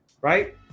right